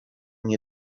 nie